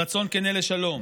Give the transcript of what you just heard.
רצון כן לשלום.